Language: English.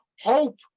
Hope